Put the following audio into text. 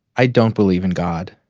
i don't believe in god.